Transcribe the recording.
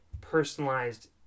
personalized